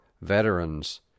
veterans